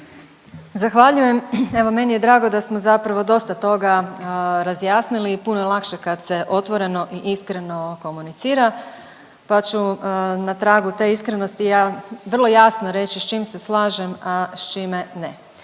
Zahvaljujem. Evo meni je drago da smo zapravo dosta toga razjasnili, puno je lakše kad se otvoreno i iskreno komunicira, pa ću na tragu te iskrenosti ja vrlo jasno reći s čim se slažem, sa čime ne.